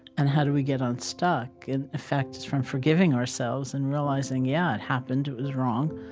and how do we get unstuck? in fact, it's from forgiving ourselves and realizing, yeah, it happened. it was wrong.